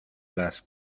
las